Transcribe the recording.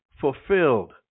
fulfilled